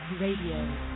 Radio